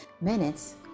minutes